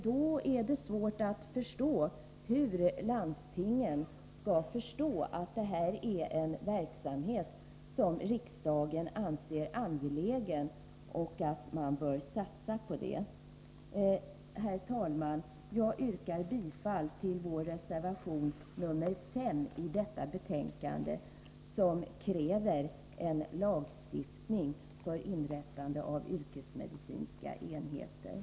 Det är svårt att - Nr 139 förstå hur landstingen då skall inse att det här är en verksamhet som